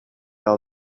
all